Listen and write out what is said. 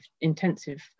intensive